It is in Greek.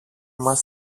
μας